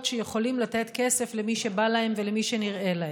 שיכולים לתת כסף למי שבא להם ולמי שנראה להם.